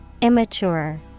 Immature